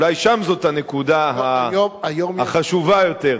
אולי שם זאת הנקודה החשובה יותר.